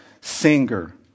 singer